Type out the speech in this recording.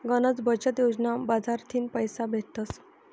गनच बचत योजना मझारथीन पैसा भेटतस